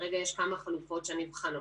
כרגע יש כמה חלופות שנבחנות.